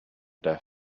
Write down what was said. death